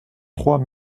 trois